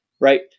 right